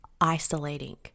isolating